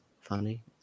funny